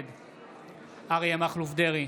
נגד אריה מכלוף דרעי,